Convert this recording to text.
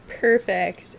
perfect